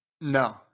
No